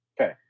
Okay